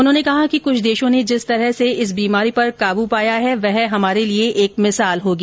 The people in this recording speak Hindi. उन्होंने कहा कि कुछ देशों ने जिस तरह से इस बीमारी पर काबू पाया है वह हमारे लिए एक मिसाल होगी